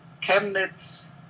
Chemnitz